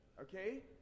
Okay